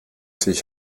sich